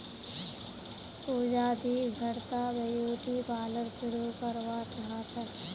पूजा दी घर त ब्यूटी पार्लर शुरू करवा चाह छ